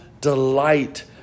delight